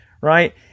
right